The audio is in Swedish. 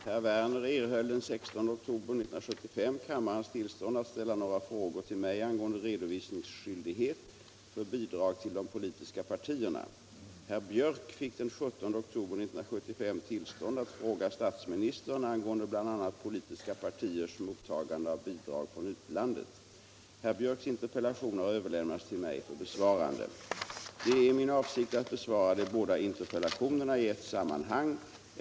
Herr talman! Herr Werner i Tyresö erhöll den 16 oktober kammarens tillstånd att till mig ställa några frågor, interpellationen 1975 76:24, om bl.a. politiska partiers mottagande av bidrag från utlandet. Herr Björcks interpellation har överlämnats till mig för besvarande. Det är min avsikt att besvara de båda interpellationerna i ett sammanhang.